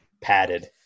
padded